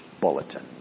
bulletin